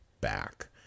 back